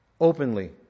openly